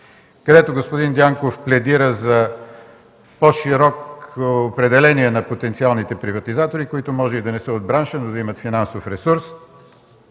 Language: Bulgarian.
където господин Дянков пледира за по-широко определение на потенциалните приватизатори, които може и да не са от бранша, но да имат финансов ресурс.